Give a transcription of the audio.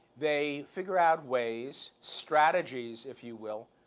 they figure out ways, strategies, if you will,